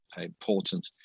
important